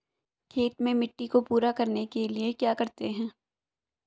खेत में मिट्टी को पूरा करने के लिए क्या करते हैं?